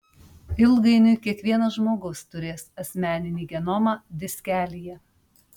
ilgainiui kiekvienas žmogus turės asmeninį genomą diskelyje